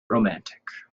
romantic